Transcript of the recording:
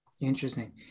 Interesting